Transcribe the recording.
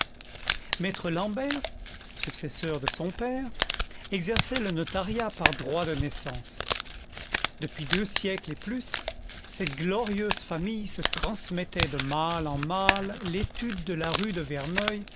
maître l'ambert successeur de son père exerçait le notariat par droit de naissance depuis deux siècles et plus celte glorieuse famille se transmettait de mâle en mâle l'étude de la rue de verneuil